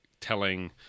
telling